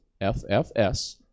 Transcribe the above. FFS